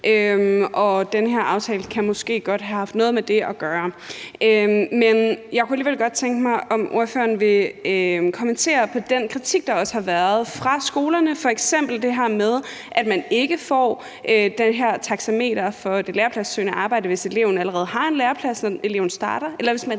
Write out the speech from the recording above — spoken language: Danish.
den her aftale kan måske godt have haft noget med det at gøre. Men jeg kunne alligevel godt tænke mig at spørge, om ordføreren vil kommentere på den kritik, der også har været fra skolerne, f.eks. af det her med, at man ikke får det her taxametertilskud for det lærepladsopsøgende arbejde, hvis eleven allerede har en læreplads, når eleven starter,